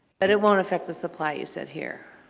but, it won't affect the supply you said here?